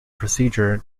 procedure